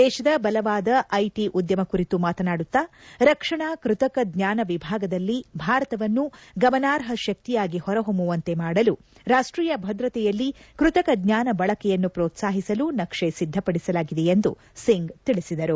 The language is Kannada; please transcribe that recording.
ದೇಶದ ಬಲವಾದ ಐಟಿ ಉದ್ಯಮ ಕುರಿತು ಮಾತನಾಡುತ್ತಾ ರಕ್ಷಣಾ ಕೃತಕ ಜ್ಞಾನ ವಿಭಾಗದಲ್ಲಿ ಭಾರತವನ್ನು ಗಮನಾರ್ಹ ಶಕ್ತಿಯಾಗಿ ಹೊರಹೊಮ್ಮವಂತೆ ಮಾಡಲು ರಾಷ್ಟೀಯ ಭದ್ರತೆಯಲ್ಲಿ ಕೃತಕ ಜ್ಞಾನ ಬಳಕೆಯನ್ನು ಮೋತ್ಸಾಹಿಸಲು ನಕ್ಷೆ ಸಿದ್ಧಪಡಿಸಲಾಗಿದೆ ಎಂದು ಸಿಂಗ್ ತಿಳಿಸಿದರು